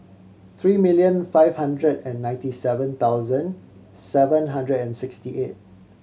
three million five hundred and ninety seven thousand seven hundred and sixty eight